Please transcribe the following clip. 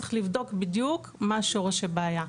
צריך לבדוק בדיוק מה הבעיה,